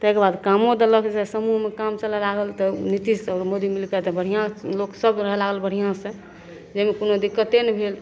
ताहिके बाद कामो देलक जे समूहमे काम चलै लागल तऽ नितीश आओर मोदी मिलिके तऽ बढ़िआँ लोकसभ रहै लागल बढ़िआँसे जाहिमे कोनो दिक्कते नहि भेल